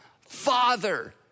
father